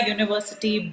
University